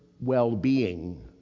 well-being